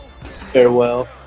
farewell